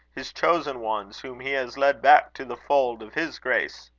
his chosen ones, whom he has led back to the fold of his grace.